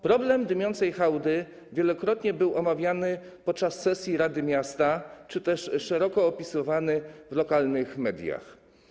Problem dymiącej hałdy wielokrotnie był omawiany podczas sesji rady miasta czy też szeroko opisywany w lokalnych mediach.